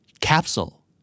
Capsule